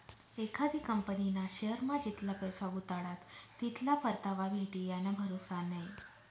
एखादी कंपनीना शेअरमा जितला पैसा गुताडात तितला परतावा भेटी याना भरोसा नै